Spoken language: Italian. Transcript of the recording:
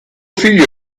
figlio